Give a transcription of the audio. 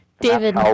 David